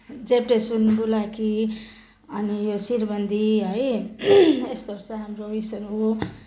चेप्टे सुन बुलाकी अनि यो शिरबन्दी है यस्तोहरू छ हाम्रो यी सब हो